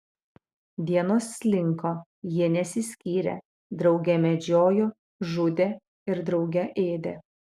dienos slinko jie nesiskyrė drauge medžiojo žudė ir drauge ėdė